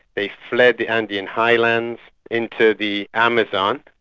they fled the andean highlands into the amazon,